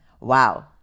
Wow